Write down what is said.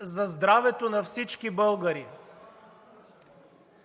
за здравето на всички българи